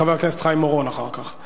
חבר הכנסת חיים אורון אחר כך.